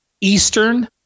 Eastern